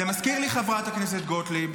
חברת הכנסת גוטליב,